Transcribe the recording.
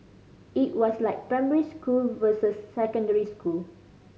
it was like primary school versus secondary school